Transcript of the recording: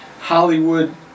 Hollywood